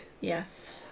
Yes